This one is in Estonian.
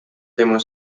tema